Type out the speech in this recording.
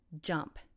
jump